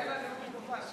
תחכה לנאום התגובה שלי.